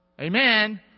Amen